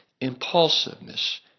Impulsiveness